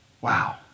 wow